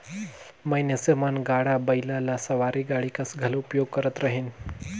मइनसे मन गाड़ा बइला ल सवारी गाड़ी कस घलो उपयोग करत रहिन